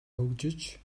хөгжиж